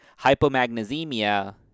hypomagnesemia